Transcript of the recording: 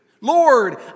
lord